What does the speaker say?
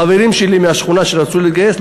חברים שלי מהשכונה שרצו להתגייס,